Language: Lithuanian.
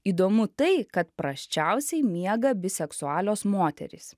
įdomu tai kad prasčiausiai miega biseksualios moterys